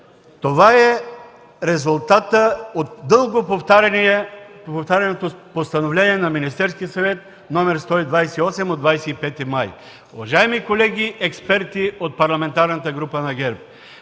Това е резултатът от дълго повтаряното Постановление на Министерския съвет № 128 от 25 май 2009 г.. Уважаеми колеги експерти от Парламентарната група на ГЕРБ!